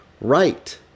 right